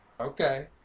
Okay